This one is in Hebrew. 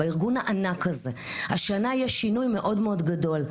בארגון הענק הזה השנה יש שינוי מאוד גדול.